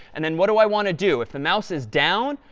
and then what do i want to do? if the mouse is down,